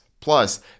Plus